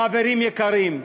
חברים יקרים,